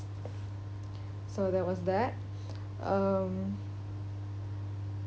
so that was that um